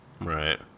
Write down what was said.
Right